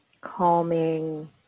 calming